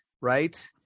right